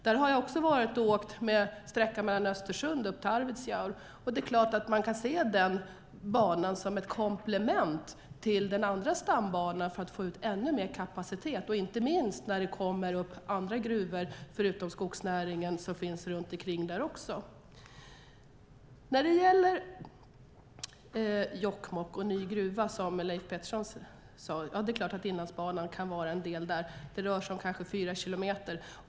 Där har jag varit och åkt sträckan från Östersund upp till Arvidsjaur. Det är klart att man kan se den banan som ett komplement till den andra stambanan för att få ut ännu mer kapacitet. Det gäller inte minst när det kommer andra gruvor förutom skognäringen som också finns där runt ikring. När det gäller Jokkmokk och ny gruva som Leif Pettersson talade om kan Inlandsbanan vara en del där. Det rör sig om kanske fyra kilometer.